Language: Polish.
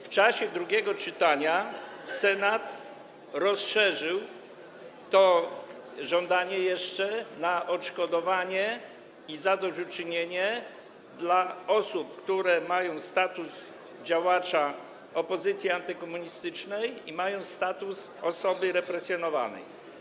W czasie drugiego czytania Senat rozszerzył to żądanie jeszcze na odszkodowanie i zadośćuczynienie dla osób, które mają status działacza opozycji antykomunistycznej i mają status osoby represjonowanej.